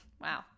Wow